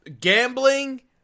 gambling